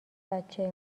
بچه